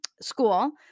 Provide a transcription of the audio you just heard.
school